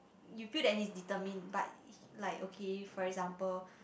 you feel that he is determine but like okay for example